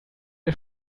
wir